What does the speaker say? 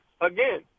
again